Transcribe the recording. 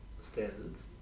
standards